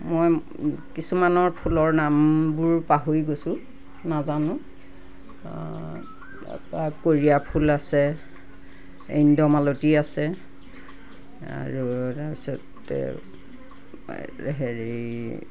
মই কিছুমানত ফুলৰ নামবোৰ পাহৰি গৈছোঁ নাজানো অঁহ তাৰ পৰা কৰিয়া ফুল আছে ইন্দ্ৰমালতী আছে আৰু তাৰ পাছতে হেৰি